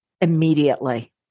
Immediately